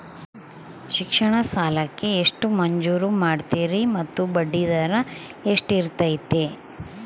ಶಿಕ್ಷಣ ಸಾಲಕ್ಕೆ ಎಷ್ಟು ಮಂಜೂರು ಮಾಡ್ತೇರಿ ಮತ್ತು ಬಡ್ಡಿದರ ಎಷ್ಟಿರ್ತೈತೆ?